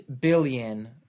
billion